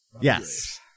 Yes